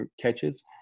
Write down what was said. catches